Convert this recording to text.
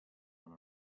one